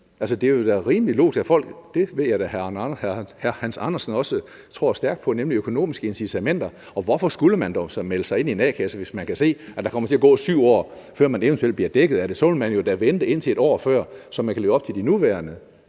Det er da rimelig logisk. Jeg ved da, at hr. Hans Andersen også tror stærkt på økonomiske incitamenter. Og hvorfor skulle man dog så melde sig ind i en a-kasse, hvis man kan se, at der kommer til at gå 7 år, før man eventuelt bliver dækket af det? Så ville man da vente indtil et år før, så man kunne leve op til de nuværende